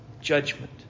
judgment